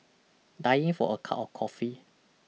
dying for a cup of coffee